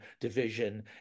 division